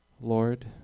Lord